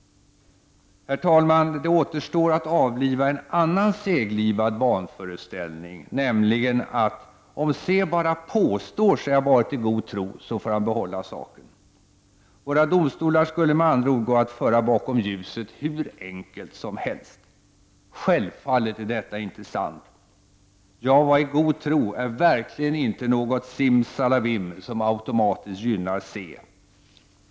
Herr talman! Det återstår att avliva en annan seglivad vanföreställning, nämligen att om C bara påstår sig ha varit i god tro, så får han behålla saken. Våra domstolar skulle med andra ord gå att föra bakom ljuset hur enkelt som helst. Självfallet är detta inte sant. ”Jag var i god tro” är verkligen inte något ”simsalabim” som automatiskt gynnar C.